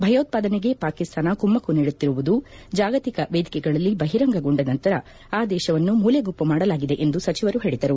ಭಯೋತ್ಪಾದನೆಗೆ ಪಾಕಿಸ್ತಾನ ಕುಮ್ನಕ್ನು ನೀಡುತ್ತಿರುವುದು ಜಾಗತಿಕ ವೇದಿಕೆಗಳಲ್ಲಿ ಬಹಿರಂಗಗೊಂಡ ನಂತರ ಆ ದೇಶವನ್ನು ಮೂಲೆ ಗುಂಪು ಮಾಡಲಾಗಿದೆ ಎಂದು ಸಚಿವರು ಹೇಳಿದರು